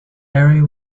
area